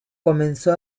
comenzó